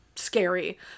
scary